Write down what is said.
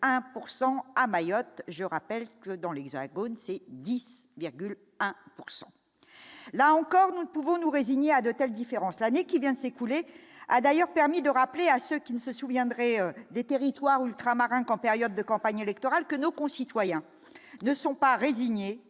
à Mayotte, je rappelle que dans l'Hexagone, c'est 10,1 pourcent là encore, nous ne pouvons nous résigner à de telles différences l'année qui vient de s'écouler a d'ailleurs permis de rappeler à ceux qui ne se souviendrait des territoires ultramarins qu'en période de campagne électorale que nos concitoyens ne sont pas résignés